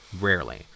Rarely